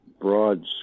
broad